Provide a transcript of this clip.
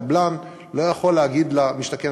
הקבלן לא יכול להגיד למשתכן,